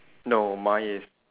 no mine is